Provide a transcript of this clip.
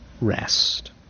Rest